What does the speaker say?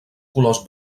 colors